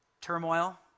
turmoil